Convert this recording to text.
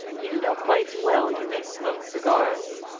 you know quite well you may smoke cigars.